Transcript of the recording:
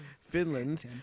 Finland